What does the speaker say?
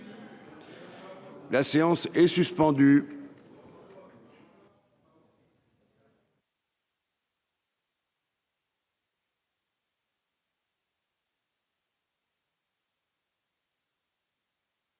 La séance est suspendue.